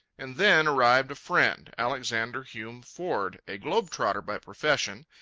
and then arrived a friend, alexander hume ford, a globe trotter by profession,